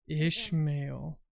Ishmael